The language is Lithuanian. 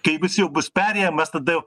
kai visi jau bus perėję mes tada jau